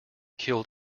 killed